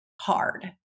hard